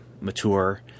mature